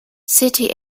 city